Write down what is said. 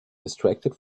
distracted